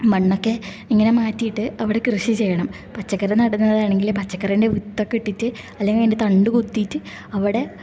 മണ്ണക്കെ ഇങ്ങനെ മാറ്റിയിട്ട് അവിടെ കൃഷി ചെയ്യണം പച്ചക്കറി നടുന്നതാണെങ്കിൽ പച്ചക്കറീൻ്റെ വിത്തൊക്കെ ഇട്ടിട്ട് അല്ലെങ്കിൽ അതിൻ്റെ തണ്ട് കുത്തീട്ട് അവിടെ